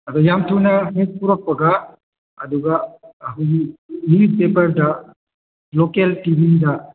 ꯑꯗꯣ ꯌꯥꯝ ꯊꯨꯅ ꯍꯦꯛ ꯄꯨꯔꯛꯄꯒ ꯑꯗꯨꯒ ꯑꯩꯈꯣꯏꯒꯤ ꯅ꯭ꯌꯨꯁꯄꯦꯄꯔꯗ ꯂꯣꯀꯦꯜ ꯇꯤꯚꯤꯗ